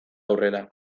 aurrera